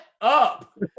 up